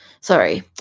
sorry